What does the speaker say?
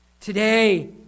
Today